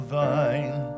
thine